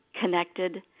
connected